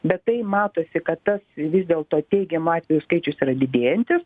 bet tai matosi kad tas vis dėlto teigiamų atvejų skaičius yra didėjantis